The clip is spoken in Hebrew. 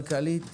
כלכלית